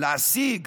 להשיג